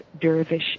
dervish